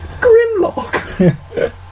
Grimlock